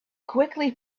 quickly